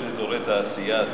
זה פיתוח של אזורי תעשייה,